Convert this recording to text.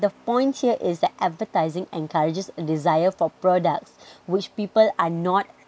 the point here is that advertising encourages desire for products which people are not